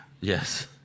Yes